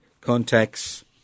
contacts